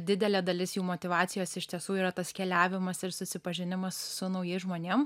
didelė dalis jų motyvacijos iš tiesų yra tas keliavimas ir susipažinimas su naujais žmonėm